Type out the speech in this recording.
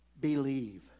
believe